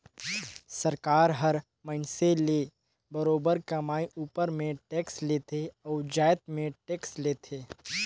सरकार हर मइनसे ले बरोबेर कमई उपर में टेक्स लेथे अउ जाएत में टेक्स लेथे